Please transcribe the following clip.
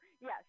yes